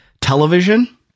television